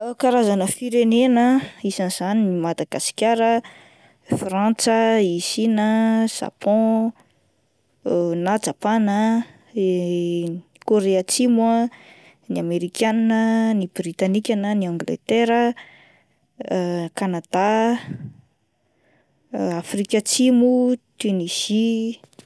Karazana firenena isan'izany Madagasikara, Frantsa, i Sina, Japon na Japana Korea Atsimo ah, ny Amerikana ,ny Britanika na ny Angletera ah, Kanada Afrika Atsimo, Tunusie.